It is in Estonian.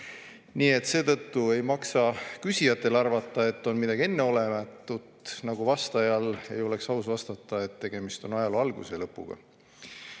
Nii et seetõttu ei maksa küsijatel arvata, et see on midagi enneolematut, ja vastajal ei oleks aus vastata, et tegemist on ajaloo alguse ja